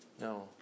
No